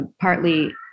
partly